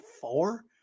four